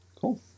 Cool